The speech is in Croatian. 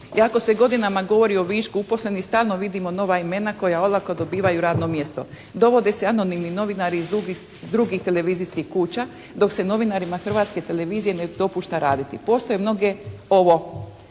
Iako se godinama govori o višku uposlenih stalno vidimo nova imena koja olako dobivaju radno mjesto. Dovodi se anonimni novinari iz drugih televizijskih kuća dok se novinarima Hrvatske televizije ne dopušta raditi. Postoje mnoge, ovo